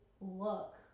look